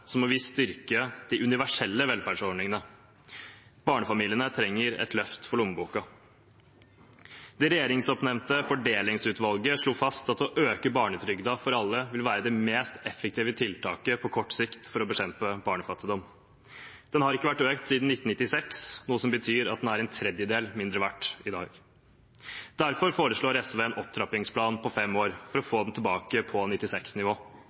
må vi styrke de universelle velferdsordningene. Barnefamiliene trenger et løft for lommeboka. Det regjeringsoppnevnte fordelingsutvalget slo fast at å øke barnetrygden for alle vil være det mest effektive tiltaket på kort sikt for å bekjempe barnefattigdom. Barnetrygden har ikke vært økt siden 1996, noe som betyr at den er en tredjedel mindre verdt i dag. Derfor foreslår SV en opptrappingsplan på fem år for å få den tilbake på